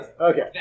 Okay